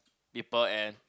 people and